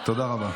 אני יוצא לבד.